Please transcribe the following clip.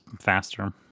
faster